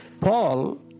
Paul